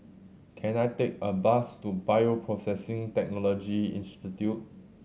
can I take a bus to Bioprocessing Technology Institute